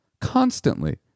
constantly